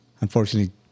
unfortunately